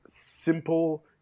simple